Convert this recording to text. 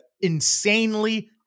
insanely